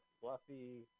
fluffy